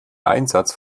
einsatz